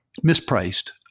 mispriced